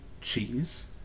cheese